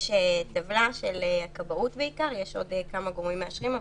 יש טבלה של הכבאות בעיקר יש עוד כמה גורמים מאשרים,